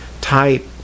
type